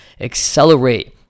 accelerate